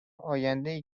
آیندهای